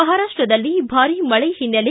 ಮಹಾರಾಷ್ಟದಲ್ಲಿ ಭಾರಿ ಮಳೆ ಹಿನ್ನೆಲೆ